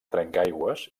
trencaaigües